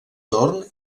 torn